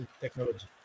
technology